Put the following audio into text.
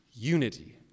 unity